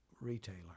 Retailer